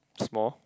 small